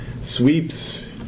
sweeps